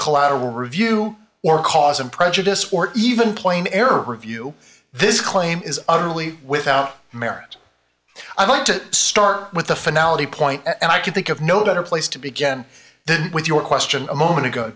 collateral review or cause and prejudice or even plain error review this claim is utterly without merit i'd like to start with the finale point and i can think of no better place to begin than with your question a moment ago